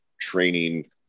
training